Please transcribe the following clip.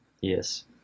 Yes